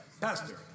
Pastor